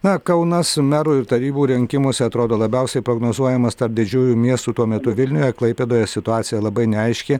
na kaunas merų ir tarybų rinkimuose atrodo labiausiai prognozuojamas tarp didžiųjų miestų tuo metu vilniuje klaipėdoje situacija labai neaiški